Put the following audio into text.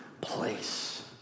place